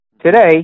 Today